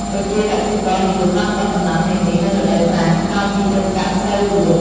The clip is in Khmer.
ប្រជាកសិករនិយមដាំដុះដំណាំទាំងនេះនៅរដូវប្រាំង ក្រោយពីច្រូតកាត់ស្រូវរួច។